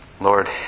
Lord